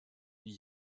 die